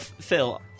Phil